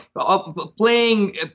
playing